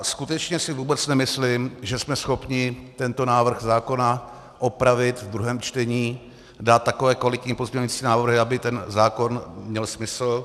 Skutečně si vůbec nemyslím, že jsme schopni tento návrh zákona opravit ve druhém čtení, dát takové kvalitní pozměňující návrhy, aby ten zákon měl smysl.